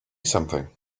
something